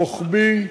רוחבי.